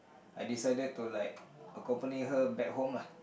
I decided to like accompany her back home lah